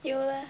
you leh